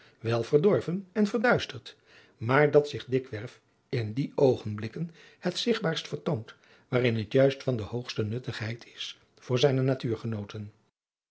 wel verdorven en verduisterd maar dat zich dikwerf in die oogenblikken het zigtbaarst vertoont waarin het juist van de hoogste nuttigheid is voor zijne